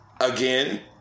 again